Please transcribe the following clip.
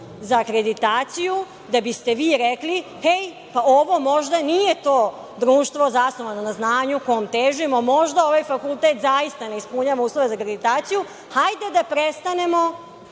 za akreditaciju da biste vi rekli – hej, pa ovo možda nije to društvo zasnovano na znanju kom težimo, možda ovaj fakultet zaista ne ispunjava uslove za akreditaciju, hajde da prestanemo